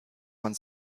von